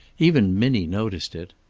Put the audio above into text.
even minnie noticed it.